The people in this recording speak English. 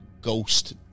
ghost